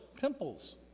pimples